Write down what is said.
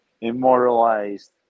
immortalized